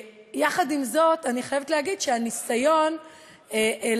עם זאת, אני חייבת להגיד שהניסיון לקחת